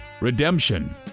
Redemption